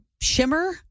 shimmer